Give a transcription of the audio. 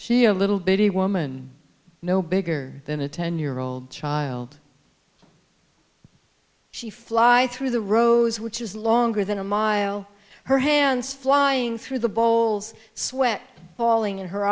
she a little bit a woman no bigger than a ten year old child she flies through the rose which is longer than a mile her hands flying through the bowls sweat bawling in her